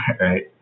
right